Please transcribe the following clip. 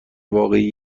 واقعی